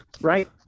Right